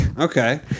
Okay